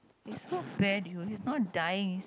you so bad you he is not dying